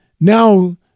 now